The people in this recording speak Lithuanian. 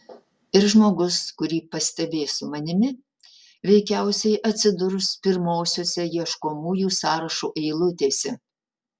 ir žmogus kurį pastebės su manimi veikiausiai atsidurs pirmosiose ieškomųjų sąrašo eilutėse